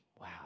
wow